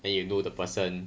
then you know the person